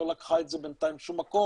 לא לקחה את זה בינתיים לשום מקום,